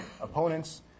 Opponents